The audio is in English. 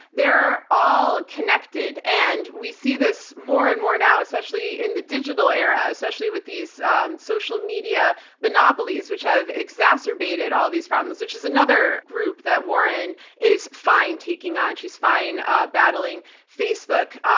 they're all connected, and we see this more and more now, especially in the digital era, especially with these um social media monopolies, which have exacerbated all these problems, which is another group that warren is fine taking on. she's fine ah battling facebook.